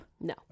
No